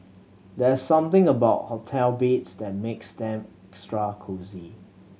there's something about hotel beds that makes them extra cosy